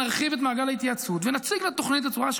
נרחיב את מעגל ההתייעצות ונציג את התוכנית עצמה,